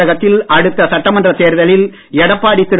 தமிழகத்தில் அடுத்த சட்டமன்றத் தேர்தலில் எடப்பாடி திரு